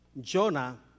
Jonah